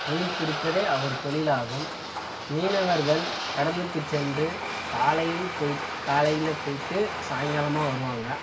மீன் பிடிப்பதே அவர் தொழிலாகும் மீனவர்கள் கடலுக்கு சென்று காலையில் போய் காலையில் போயிட்டு சாயிங்காலமாக வருவாங்க